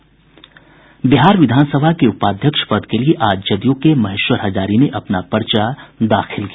बिहार विधान सभा के उपाध्यक्ष पद के लिए आज जदयू के महेश्वर हजारी ने अपना पर्चा दाखिल किया